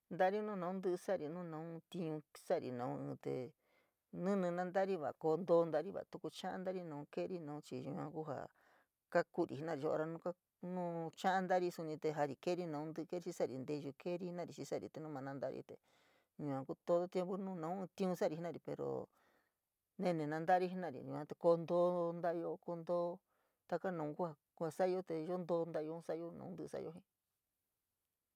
Ntari nu naun tíí jaa sari nu naun tiun xa’ari nu naun tu te níní na ntari a kontoo ntari na va tu kucha’a ntari naun ke’eri, naun chii yua ku jaa kaku’uri jenari nu yoo ora, nuu cha’a ntari te suni jari keeri nau ntí’í ke’eri sa’ari tee yuu keri jena’ari xii sa’ari nu maa nantari te yua kuu too tiempu nu naun tiun sari jenari pero nenenu nantari yua te koon too ntayo koonto taka nau kua sa’ayo te te yo ntoo nta’ayo te naun tí’í sa’ayo jii.